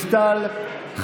גלית דיסטל אטבריאן,